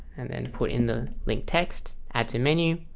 and then put in the link text add to menu